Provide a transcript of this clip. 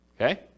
Okay